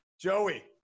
joey